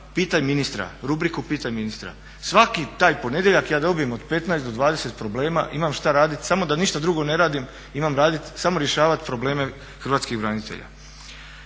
pitaj ministra, rubriku pitaj ministra. Svaki taj ponedjeljak ja dobijem od 15 do 20 problema, imam što raditi samo da ništa drugo ne radim imam raditi samo rješavati probleme hrvatskih branitelja.